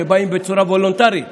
שבאים בצורה וולונטרית,